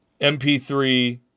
MP3